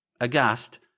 Aghast